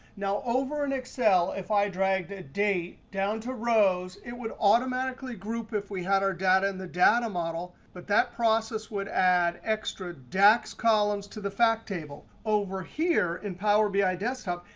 now, over in excel, if i dragged a date down to rows, it would automatically group if we had our data in the data model. but that process would add extra dax columns to the fact table. over here in power bi desktop,